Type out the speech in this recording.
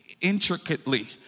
intricately